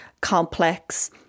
complex